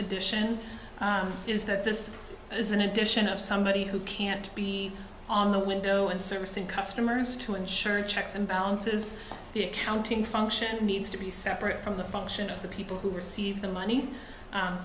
addition is that this is an addition of somebody who can't be on the window and servicing customers to ensure checks and balances the accounting function needs to be separate from the function of the people who receive the money